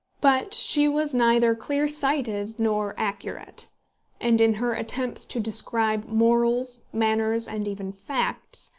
but she was neither clear-sighted nor accurate and in her attempts to describe morals, manners, and even facts,